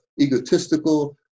egotistical